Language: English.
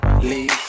Leave